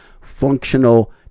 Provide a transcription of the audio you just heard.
functional